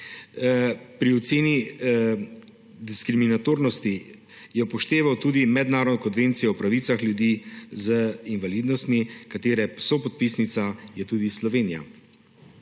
Pri oceni diskriminatornosti je upošteval tudi mednarodno konvencijo o pravicah ljudi z invalidnostmi, katere sopodpisnica je tudi Slovenija.